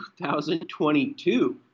2022